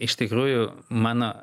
iš tikrųjų mano